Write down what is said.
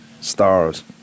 Stars